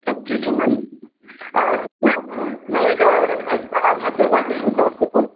सब ठीक है मैम मैम मैं ये कह रहा था आप हजपुरवा से हैं कि समस्तीपुर